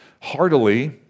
heartily